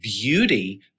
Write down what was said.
beauty